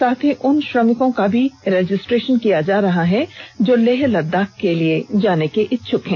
साथ ही उन श्रमिकों का रजिस्ट्रेशन भी किया जा रहा है जो लेह लद्दाख के लिए जाने के इच्छुक हैं